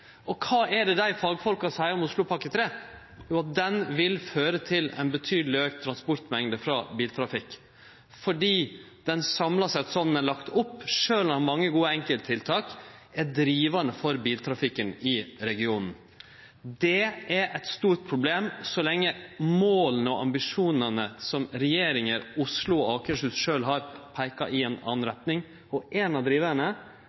2030. Kva er det desse fagfolka seier om Oslopakke 3? Jo, at ho vil føre til ei betydeleg auka transportmengd frå biltrafikk, fordi ho samla sett, slik ho er lagd opp, sjølv om det er mange gode enkelttiltak, er drivande for biltrafikken i regionen. Det er eit stort problem, så lenge måla og ambisjonane som regjeringar, og Oslo og Akershus sjølve, har, peikar i ei anna retning, og ein av